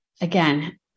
again